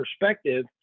perspective